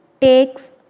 takes